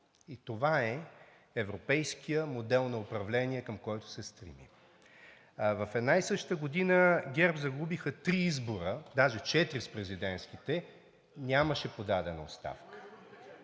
Това е европейският модел на управление, към който се стремим. В една и съща година ГЕРБ загубиха три избора, даже четири – с президентските, нямаше подадена оставка,